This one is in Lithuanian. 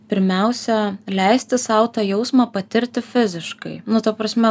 pirmiausia leisti sau tą jausmą patirti fiziškai nu ta prasme